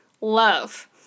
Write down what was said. love